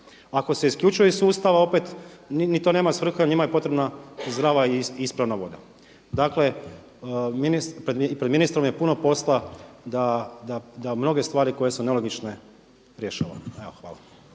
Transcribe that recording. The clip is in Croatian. Ako se isključuje iz sustava opet ni to nema svrhe jel njima je potrebna zdrava i ispravna voda. Dakle pred ministrom je puno posla da mnoge stvari koje su nelogične rješava. Hvala.